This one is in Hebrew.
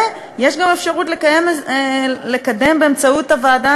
ויש גם אפשרות לקדם באמצעות הוועדה